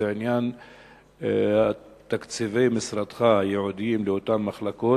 זה עניין תקציבי משרדך הייעודיים לאותן מחלקות,